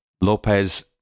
Lopez